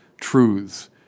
truths